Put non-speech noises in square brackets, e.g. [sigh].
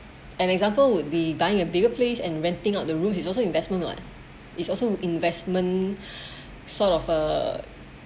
an example would be buying a bigger place and renting out the rooms is also investment what is also investment [breath] sort of uh